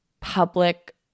public